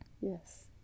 Yes